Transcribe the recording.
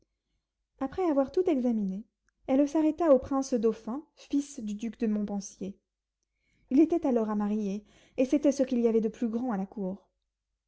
après avoir tout examiné elle s'arrêta au prince dauphin fils du duc de montpensier il était lors à marier et c'était ce qu'il y avait de plus grand à la cour